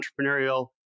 entrepreneurial